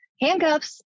handcuffs